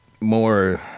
more